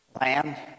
Land